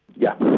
yep.